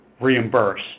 reimburse